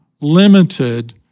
limited